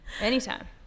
Anytime